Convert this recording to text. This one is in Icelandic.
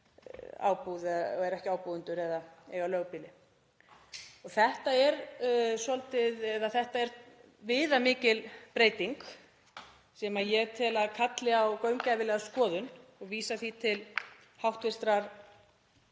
eru ekki ábúendur eða eiga lögbýli. Þetta er viðamikil breyting sem ég tel að kalli á gaumgæfilega skoðun og vísa því til hv.